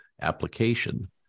application